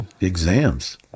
exams